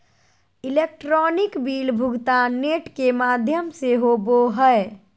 electronic bill भुगतान net के माघ्यम से होवो हइ